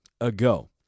ago